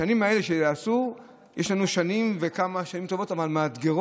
השנים האלה, יש לנו כמה שנים טובות ומאתגרות